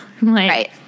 Right